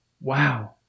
Wow